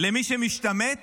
למי שמשתמט